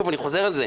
ואני חוזר על זה,